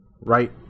right